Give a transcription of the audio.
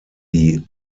die